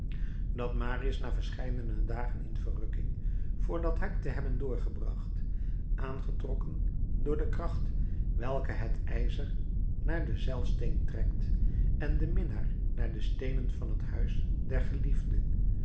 dat marius na verscheidene dagen in verrukking voor dat hek te hebben doorgebracht aangetrokken door de kracht welke het ijzer naar den zeilsteen trekt en den minnaar naar de steenen van het huis der geliefde